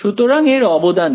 সুতরাং এর অবদান কি